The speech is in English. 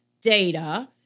data